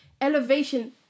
elevation